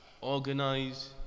organize